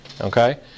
Okay